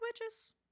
witches